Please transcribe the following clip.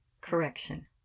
correction